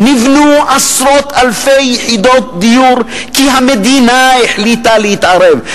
נבנו עשרות אלפי יחידות דיור כי המדינה החליטה להתערב.